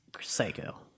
psycho